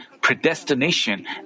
predestination